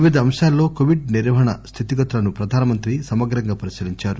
వివిధ అంశాల్లో కొవిడ్ నిర్వహణ స్దితిగతులను ప్రధాన మంత్రి సమగ్రంగా పరిశీలించారు